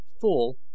full